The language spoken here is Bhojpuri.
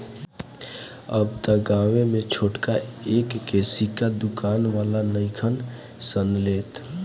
अब त गांवे में छोटका एक के सिक्का दुकान वाला नइखन सन लेत